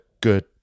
good